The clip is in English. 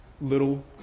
little